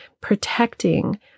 protecting